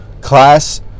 class